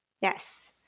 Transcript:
Yes